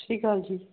ਸਤਿ ਸ਼੍ਰੀ ਅਕਾਲ ਜੀ